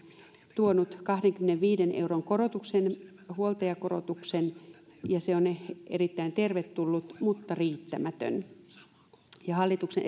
tuonut kahdenkymmenenviiden euron korotuksen huoltajakorotuksen ja se on erittäin tervetullut mutta riittämätön hallituksen